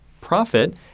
profit